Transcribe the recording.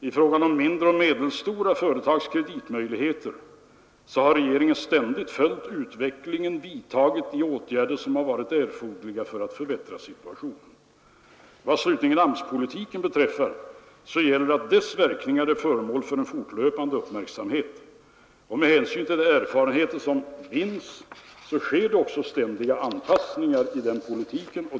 I fråga om de mindre och medelstora företagens kreditmöjligheter har regeringen ständigt följt utvecklingen och vidtagit de åtgärder som varit erforderliga för att förbättra situationen. Vad slutligen AMS-politiken beträffar gäller att dess verkningar är föremål för en fortlöpande uppmärksamhet. Med hänsyn till de erfarenheter som vinns sker också ständiga anpassningar i denna politik.